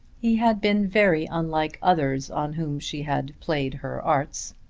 he had been very unlike others on whom she had played her arts.